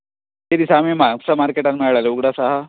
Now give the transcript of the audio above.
त्या दिसा आमी म्हापसा मार्केटांत मेळ्ळेले उगडास आसा